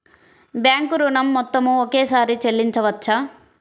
Bank ఋణం మొత్తము ఒకేసారి చెల్లించవచ్చా?